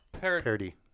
Parody